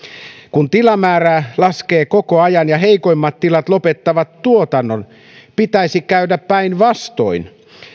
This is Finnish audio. kun tilamäärä laskee koko ajan ja heikoimmat tilat lopettavat tuotannon pitäisi käydä päinvastoin